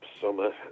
summer